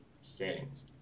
settings